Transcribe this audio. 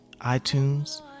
iTunes